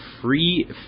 Free